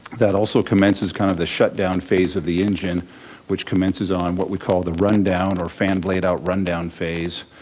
that also commences kind of the shutdown phase of the engine which commences on what we call the rundown or fan blade out rundown phase,